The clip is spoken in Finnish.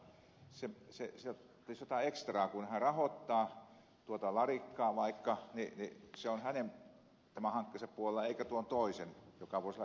sitähän se rahoittaja hakee jotta tulisi jotain ekstraa että kun hän rahoittaa tuota larikkaa vaikka niin tämä on hänen hankkeensa puolella eikä tuon toisen joka voisi olla ihan yhtä hyvä